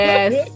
Yes